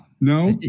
No